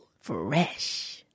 Fresh